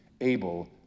able